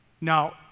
Now